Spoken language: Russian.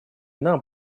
нам